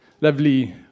lovely